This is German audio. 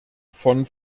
von